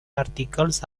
articles